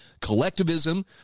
collectivism